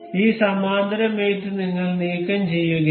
ഈ സമാന്തര മേറ്റ് നിങ്ങൾ നീക്കംചെയ്യുകയും